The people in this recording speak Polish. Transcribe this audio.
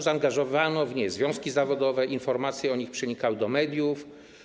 Zaangażowano w nie związki zawodowe, informacje o nich przenikały do mediów.